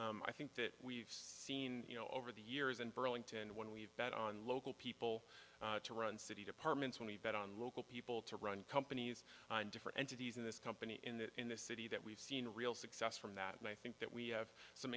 i think that we've seen you know over the years in burlington when we've bet on local people to run city departments and we bet on local people to run companies on different entities in this company in the in the city that we've seen a real success from that and i think that we have some